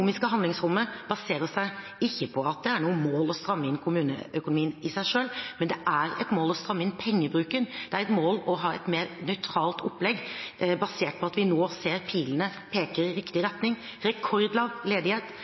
økonomiske handlingsrommet baserer seg ikke på at det er noe mål å stramme inn kommuneøkonomien i seg selv, men det er et mål å stramme inn pengebruken. Det er et mål å ha et mer nøytralt opplegg basert på at vi nå ser pilene peke i riktig retning: rekordlav ledighet